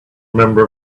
member